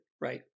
right